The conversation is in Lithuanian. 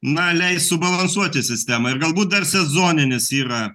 na leis subalansuoti sistemą ir galbūt dar sezoninis yra